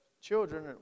children